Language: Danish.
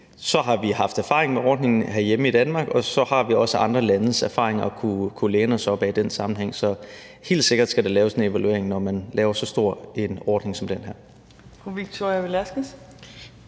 Så har vi haft erfaring med ordningen herhjemme i Danmark, og så har vi også andre landes erfaringer at kunne læne os op ad i den sammenhæng. Så der skal helt sikkert laves en evaluering, når man laver så stor en ordning som den her.